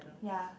ya